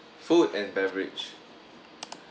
food and beverage